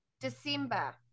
December